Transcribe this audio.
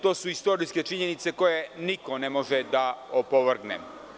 Tu su istorijske činjenice koje niko ne može da opovrgne.